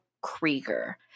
Krieger